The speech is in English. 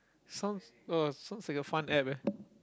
sounds uh sounds like a fun App eh